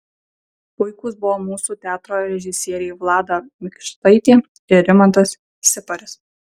puikūs buvo mūsų teatro režisieriai vlada mikštaitė ir rimantas siparis